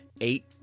eight